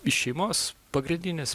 iš šeimos pagrindinis